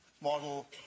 model